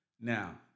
Now